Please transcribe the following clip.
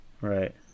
right